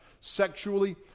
Sexually